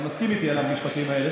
אתה מסכים איתי על המשפטים האלה.